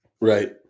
Right